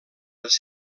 les